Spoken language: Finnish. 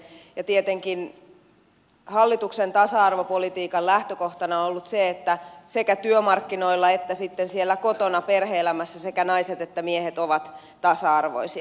tietenkin hallituksen tasa arvopolitiikan lähtökohtana on ollut se että sekä työmarkkinoilla että sitten siellä kotona perhe elämässä sekä naiset että miehet ovat tasa arvoisia